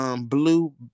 Blue